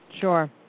Sure